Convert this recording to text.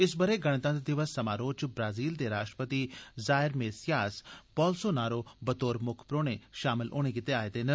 इस बःरे गणतंत्र दिवस समारोह च ब्राजील दे राष्ट्र पति जाइर मेसियास बोलसोनारो बतौर म्क्ख परोहने षामल होने गित्तै आए दे न